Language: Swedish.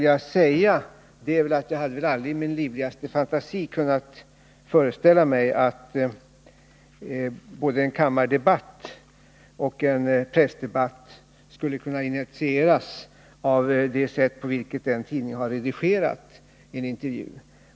Jag hade emellertid aldrig i min livligaste fantasi kunnat föreställa mig att både en kammardebatt och en pressdebatt skulle kunna initieras av det sätt på vilket en tidning har redigerat intervjun.